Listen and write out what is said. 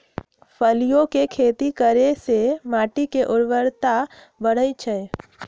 फलियों के खेती करे से माटी के ऊर्वरता बढ़ई छई